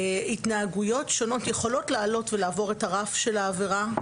התנהגויות יכולות לעבור את הרף של העבירה,